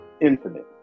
infinite